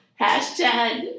Hashtag